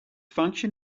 function